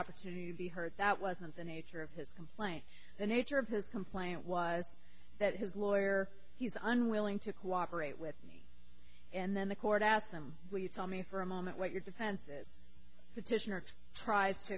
opportunity to be heard that wasn't the nature of his complaint the nature of his complaint was that his lawyer he's unwilling to cooperate with me and then the court asks him will you tell me for a moment what your depends as petitioner tries to